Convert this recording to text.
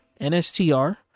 NSTR